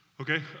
okay